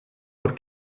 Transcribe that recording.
por